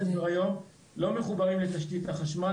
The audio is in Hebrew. בתי הספר היום לא מחוברים לתשתית החשמל,